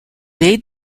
laid